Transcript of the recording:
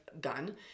gun